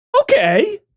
Okay